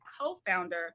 co-founder